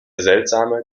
seltsame